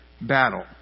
battle